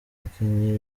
bakinnyi